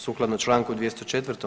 Sukladno čl. 204.